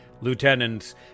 lieutenants